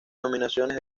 nominaciones